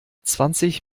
zwanzig